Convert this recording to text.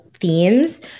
themes